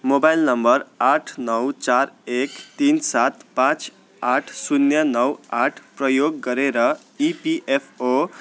mobile number आठ नौ चार एक तिन सात पाँच आठ शून्य नौ आठ प्रयोग गरेर इपिएफओ